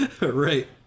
Right